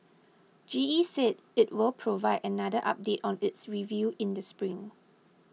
G E said it will provide another update on its review in the spring